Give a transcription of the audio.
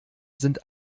sind